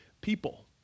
people